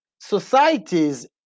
societies